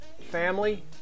family